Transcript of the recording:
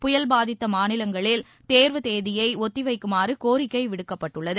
புயல் பாதித்த மாநிலங்களில் தேர்வு தேதியை ஒத்தி வைக்குமாறு கோரிக்கை விடுக்கப்பட்டுள்ளது